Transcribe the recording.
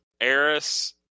Eris